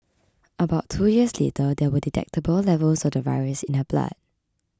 about two years later there were detectable levels of the virus in her blood